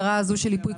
אצלנו.